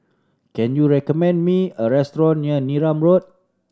can you recommend me a restaurant near Neram Road